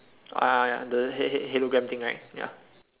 uh the ho~ ho~ hologram thing right ya